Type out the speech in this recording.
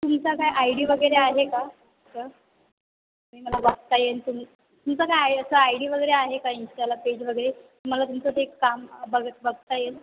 तुमचा काय I D वगैरे आहे का तुमचं तुम्ही मला बघता येईल तुम तुमचं काय असं आय डी वगैरे आहे का इन्स्टाला पेज वगैरे तुम्हाला तुमचं ते एक काम बघ बघता येईल